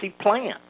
plan